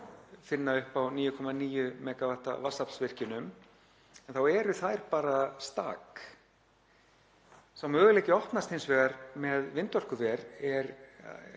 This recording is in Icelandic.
finna upp á 9,9 MW vatnsaflsvirkjunum en þá eru þær bara stak. Sá möguleiki opnast hins vegar með vindorkuver að